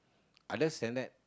others than that